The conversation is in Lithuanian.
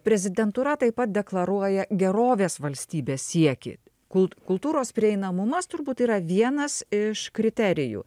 prezidentūra taip pat deklaruoja gerovės valstybės siekį kult kultūros prieinamumas turbūt yra vienas iš kriterijų